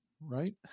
right